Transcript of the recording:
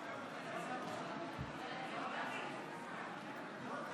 להלן תוצאות ההצבעה, חברי